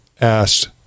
asked